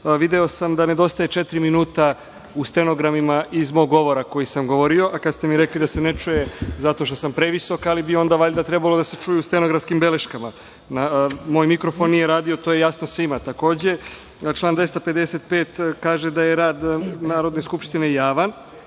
video sam da nedostaje četiri minuta u stenogramima iz mog govora koji sam govorio, a kada ste mi rekli da se ne čuje zato što sam previsok, ali bi onda valjda trebalo da se čuje u stenografskim beleškama. Moj mikrofon nije radio, to je jasno svima. Takođe, član 255. kaže da je rad Narodne skupštine javan,